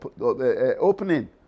opening